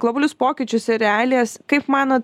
globalius pokyčius ir realijas kaip manot